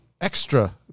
Extra